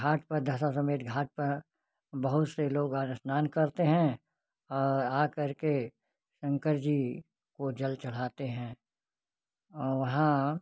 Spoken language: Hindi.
घाट पर दशा समेत घाट पर बहुत से लोग स्नान करते हैं और आ कर के शंकर जी को जल चढ़ाते हैं और वहाँ